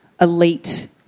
elite